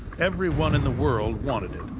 everyone in the world wanted it,